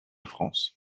france